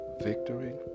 victory